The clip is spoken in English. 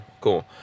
cool